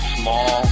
small